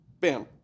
bam